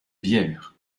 bières